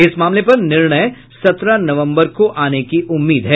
इस मामले पर निर्णय सत्रह नवंबर को आने की उम्मीद है